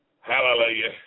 Hallelujah